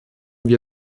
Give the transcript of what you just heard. wir